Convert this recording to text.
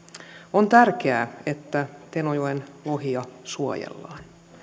on tärkeää että tenojoen lohia suojellaan